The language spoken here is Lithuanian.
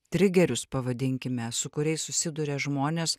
trigerius pavadinkime su kuriais susiduria žmonės